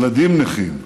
ילדים נכים,